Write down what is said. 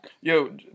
Yo